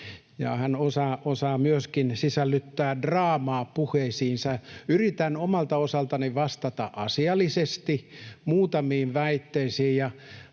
hän osaa myöskin sisällyttää draamaa puheisiinsa. Yritän omalta osaltani vastata asiallisesti muutamiin väitteisiin,